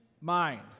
mind